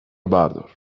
بردار